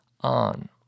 on